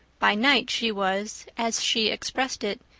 by night she was, as she expressed it,